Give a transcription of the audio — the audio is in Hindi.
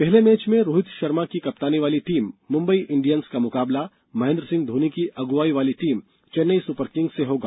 पहले मैच में रोहित शर्मा की कप्तानी वाली टीम मुंबई इंडियंस का मुकाबला महेंद्र सिंह धोनी की अगुवाई वाली टीम चेन्नई सुपरकिंग से होगा